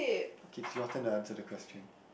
okay your turn to answer the question